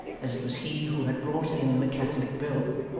as it was he who had brought in the catholic bill.